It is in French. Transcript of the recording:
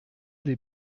des